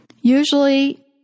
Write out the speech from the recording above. Usually